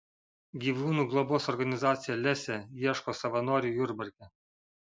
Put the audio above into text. gyvūnų globos organizacija lesė ieško savanorių jurbarke